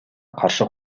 каршы